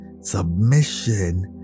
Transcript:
Submission